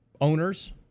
owners